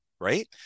right